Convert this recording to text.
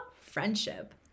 friendship